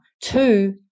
two